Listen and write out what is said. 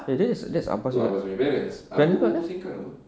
that is that's abbas kau kat mana